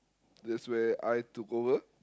that's where I took over